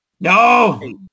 No